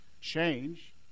change